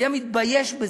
היה מתבייש בזה,